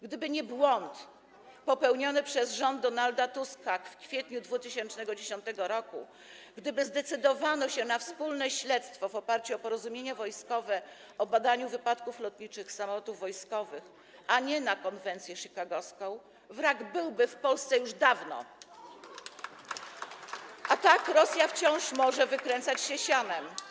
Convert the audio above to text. Gdyby nie błąd popełniony przez rząd Donalda Tuska w kwietniu 2010 r., gdyby zdecydowano się na wspólne śledztwo w oparciu o porozumienie wojskowe o badaniu wypadków lotniczych samolotów wojskowych, a nie konwencję chicagowską, wrak byłby w Polsce już dawno, a tak Rosja wciąż może wykręcać się sianem.